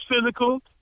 physical